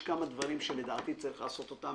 יש כמה דברים שלדעתי צריך לעשות אותם